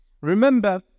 Remember